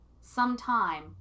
sometime